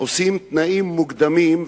קובעים תנאים מוקדמים.